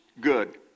good